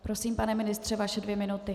Prosím, pane ministře, vaše dvě minuty.